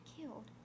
killed